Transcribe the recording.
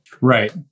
Right